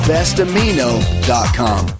BestAmino.com